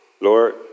Lord